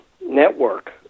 network